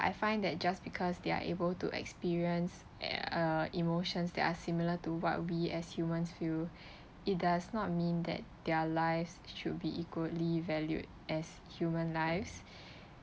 I find that just because they're able to experience uh emotions that are similar to what we as humans feel it does not mean that their lives should be equally valued as human lives